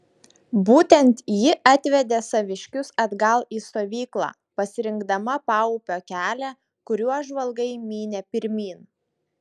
būtent ji atvedė saviškius atgal į stovyklą pasirinkdama paupio kelią kuriuo žvalgai mynė pirmyn